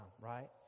right